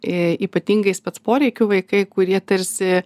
ypatingai spec poreikių vaikai kurie tarsi